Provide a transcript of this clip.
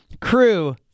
crew